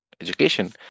education